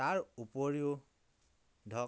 তাৰ উপৰিও ধৰক